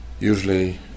usually